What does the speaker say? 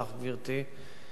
גברתי,